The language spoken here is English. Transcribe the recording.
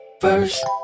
first